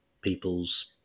people's